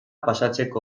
pasatzeko